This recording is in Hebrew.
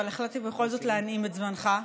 אבל החלטתי בכל זאת להנעים את זמנך,